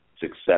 Success